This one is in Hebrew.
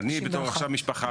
אני משפחה